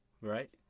Right